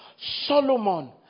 Solomon